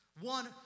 One